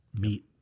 meet